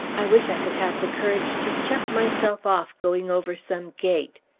i wish i could have the courage to chuck myself off going over some gate.